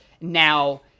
now